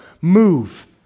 move